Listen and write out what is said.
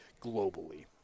globally